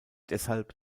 deshalb